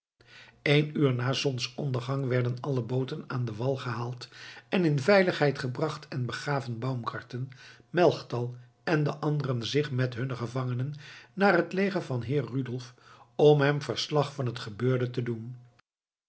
eén uur na zonsondergang werden alle booten aan den wal gehaald en in veiligheid gebracht en begaven baumgarten melchtal en de anderen zich met hunne gevangenen naar het leger van heer rudolf om hem verslag van het gebeurde te doen